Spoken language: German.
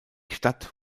stadt